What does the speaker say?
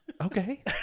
okay